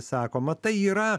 sakoma tai yra